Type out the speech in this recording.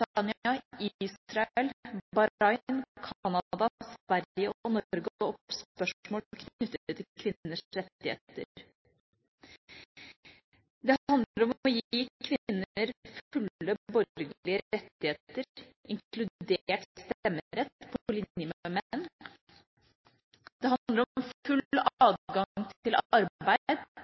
Canada, Sverige og Norge opp spørsmål knyttet til kvinners rettigheter. Det handler om å gi kvinner fulle borgerlige rettigheter, inkludert stemmerett på linje med menn. Det handler om full adgang til arbeid,